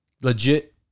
Legit